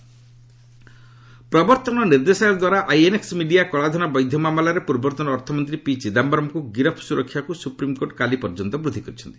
revise ଏସ୍ସି ଚିଦାମ୍ଘରମ ପ୍ରବର୍ଭନ ନିର୍ଦ୍ଦେଶାଳୟ ଦ୍ୱାରା ଆଇଏନ୍ଏକ୍ ମିଡିଆ କଳାଧନ ବୈଧ ମାମଲାରେ ପୂର୍ବତନ ଅର୍ଥମନ୍ତ୍ରୀ ପି ଚିଦାୟରମଙ୍କୁ ଗିରଫ ସୁରକ୍ଷାକୁ ସୁପ୍ରିମକୋର୍ଟ କାଲି ପର୍ଯ୍ୟନ୍ତ ବୃଦ୍ଧି କରିଛନ୍ତି